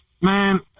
Man